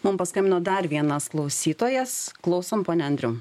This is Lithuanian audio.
mum paskambino dar vienas klausytojas klausom pone andriau